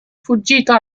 fuggito